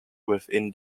within